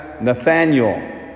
Nathaniel